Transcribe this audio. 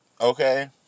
okay